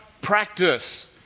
practice